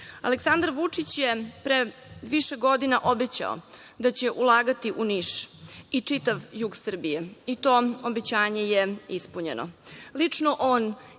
Aleksandar Vučić je pre više godina obećao da će ulagati u Niš i čitav jug Srbije i to obećanje je ispunjeno. Lično on je